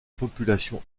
population